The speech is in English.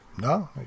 No